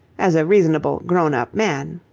as a reasonable, grown-up man.